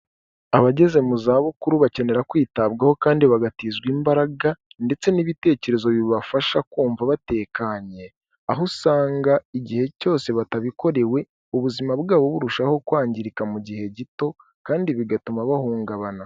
Abageze mu zabukuru bakenera kwitabwaho kandi bagatizwa imbaraga ndetse n'ibitekerezo bibafasha kumva batekanye, aho usanga igihe cyose batabikorewe ubuzima bwabo burushaho kwangirika mu gihe gito kandi bigatuma bahungabana.